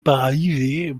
paralysé